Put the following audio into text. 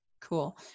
cool